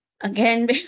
Again